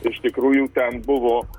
iš tikrųjų ten buvo